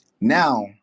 Now